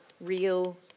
real